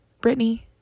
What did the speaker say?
Brittany